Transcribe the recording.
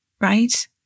right